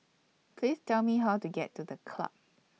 Please Tell Me How to get to The Club